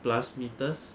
plus metres